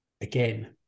again